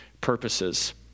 purposes